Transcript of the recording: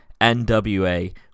nwa